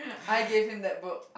I gave him that book